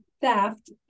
theft